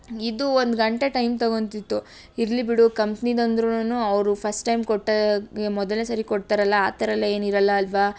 ಇದು ಒಂದು ಗಂಟೆ ಟೈಮ್ ತಗೊತಿತ್ತು ಇರಲಿ ಬಿಡು ಕಂಪ್ನಿದಂದ್ರುನು ಅವರು ಫಸ್ಟ್ ಟೈಮ್ ಕೊಟ್ಟಾಗ ಮೊದಲನೇ ಸರಿ ಕೊಡ್ತಾರಲ್ಲ ಆ ಥರಲ್ಲ ಏನಿರೋಲ್ಲ ಅಲ್ಲವಾ